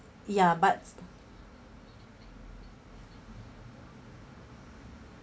ya but